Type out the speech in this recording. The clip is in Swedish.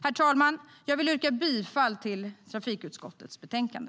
Herr talman! Jag yrkar bifall till förslaget i trafikutskottets betänkande.